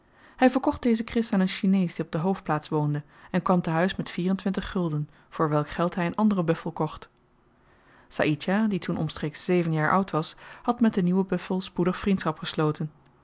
hy verkocht deze kris aan een chinees die op de hoofdplaats woonde en kwam te-huis met vier-en-twintig gulden voor welk geld hy een anderen buffel kocht saïdjah die toen omstreeks zeven jaar oud was had met den nieuwen buffel spoedig vriendschap gesloten